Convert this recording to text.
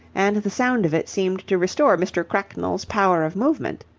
and the sound of it seemed to restore mr. cracknell's power of movement.